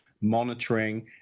monitoring